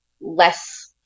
less